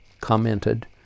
commented